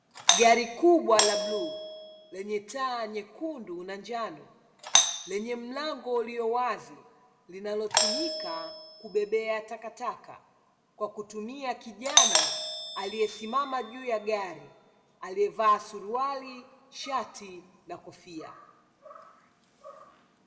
Gari kubwa la bluu lenye taa nyekundu na njano, lenye mlango uliowazi linalotumika kubebea takataka, kwa kutumia kijana aliyesimama juu ya gari aliyevaa suruali, shati na kofia.